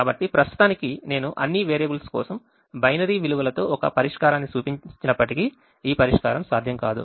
కాబట్టి ప్రస్తుతానికి నేను అన్ని వేరియబుల్స్ కోసం బైనరీ విలువలతో ఒక పరిష్కారాన్ని చూపించినప్పటికీ ఈ పరిష్కారం సాధ్యం కాదు